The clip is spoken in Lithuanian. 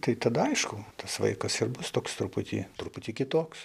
tai tada aišku tas vaikas ir bus toks truputį truputį kitoks